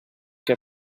che